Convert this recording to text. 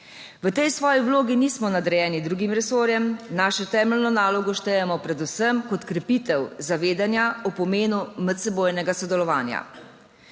V tej svoji vlogi nismo nadrejeni drugim resorjem, naše temeljno nalogo štejemo predvsem kot krepitev zavedanja o pomenu medsebojnega sodelovanja.